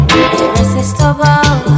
Irresistible